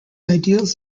ideals